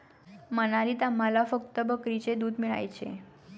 मनालीत आम्हाला फक्त बकरीचे दूध मिळायचे